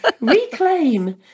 Reclaim